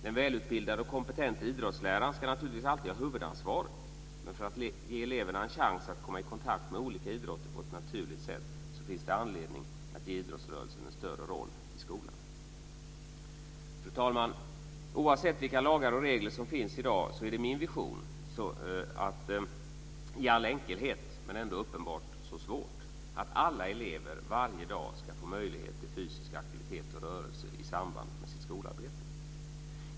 Den välutbildade och kompetente idrottsläraren ska naturligtvis alltid ha huvudansvaret. Men för att ge eleverna en chans att komma i kontakt med olika idrotter på ett naturligt sätt så finns det anledning att ge idrottsrörelsen en större roll i skolan. Fru talman! Oavsett vilka lagar och regler som finns i dag är det min vision, i all enkelhet men ändå uppenbart så svårt, att alla elever varje dag ska få möjlighet till fysisk aktivitet och rörelse i samband med sitt skolarbete.